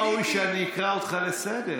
לא ראוי שאקרא אותך לסדר.